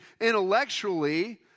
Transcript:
intellectually